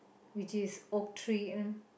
which is Oak-Tree and